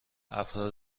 افراد